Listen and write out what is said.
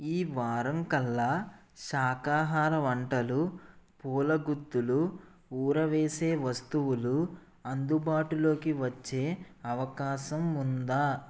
ఈ వారం కల్లా శాకాహార వంటలు పూలగుత్తులు ఊరవేసే వస్తువులు అందుబాటులోకి వచ్చే అవకాశం ఉందా